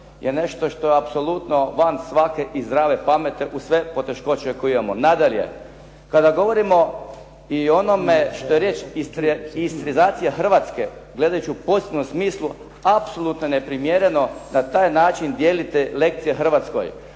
je nešto što je apsolutno van svake i zdrave pameti uz sve poteškoće koje imamo. Nadalje, kada govorimo i onome što je istrianizacija Hrvatske gledajući u pozitivnom smislu apsolutno neprimjereno da na taj način dijelite lekcije Hrvatskoj.